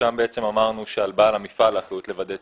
ושם אמרנו שעל בעל המפעל האחריות לוודא את